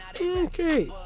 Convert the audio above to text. Okay